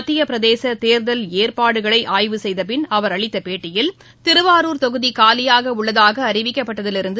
மத்தியபிரதேசதேர்தல் எற்பாடுகளைஆய்வு செய்தபின் அவர் அளித்தபேட்டியில் திருவாரூர் தொகுதிகாலியாகஉள்ளதாகஅறிவிக்கப்பட்டதிலிருந்து